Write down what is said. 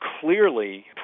Clearly